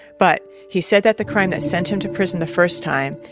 but he said that the crime that sent him to prison the first time,